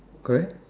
correct